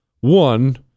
one